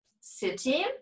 city